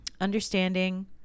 understanding